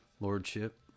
lordship